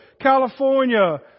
California